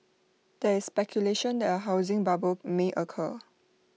there is speculation that A housing bubble may occur